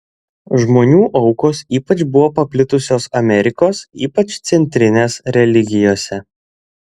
žmonių aukos ypač buvo paplitusios amerikos ypač centrinės religijose